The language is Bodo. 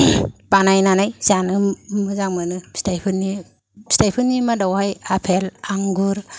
बानायनानै जानो मोजां मोनो फिथायफोरनि फिथायफोरनि मादावहाय आफेल आंगुर